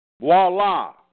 Voila